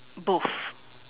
both